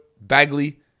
Bagley